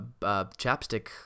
chapstick